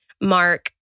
Mark